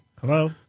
Hello